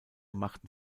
machten